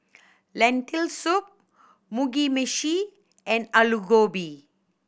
Lentil Soup Mugi Meshi and Alu Gobi